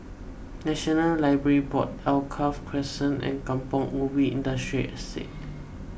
National Library Board Alkaff Crescent and Kampong Ubi Industrial Estate